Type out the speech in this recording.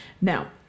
Now